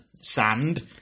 sand